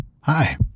Hi